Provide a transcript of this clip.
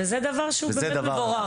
וזה דבר שהוא מבורך.